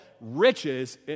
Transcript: riches